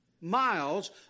miles